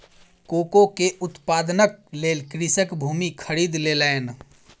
cocoa के उत्पादनक लेल कृषक भूमि खरीद लेलैन